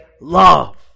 Love